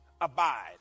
Abide